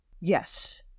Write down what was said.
Yes